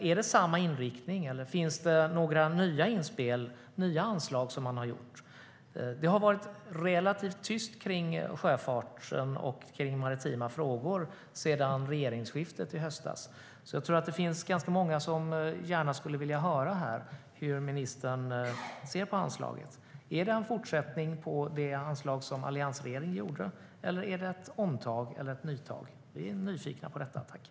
Är det samma inriktning, eller har man gjort några nya anslag?